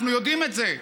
אנחנו יודעים את זה.